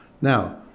Now